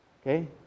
Okay